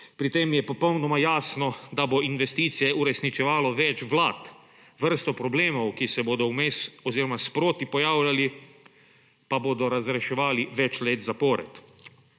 Pri tem je popolnoma jasno, da bo investicije uresničevalo več vlad, vrsto problemov, ki se bodo vmes oziroma sproti pojavljali, pa bodo razreševali več let zapored.